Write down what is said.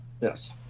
yes